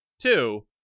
two